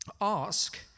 Ask